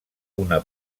una